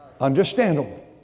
understandable